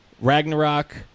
Ragnarok